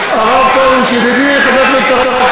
ידידי חבר הכנסת הרב